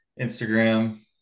Instagram